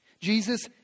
Jesus